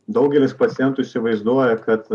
daugelis pacientų įsivaizduoja kad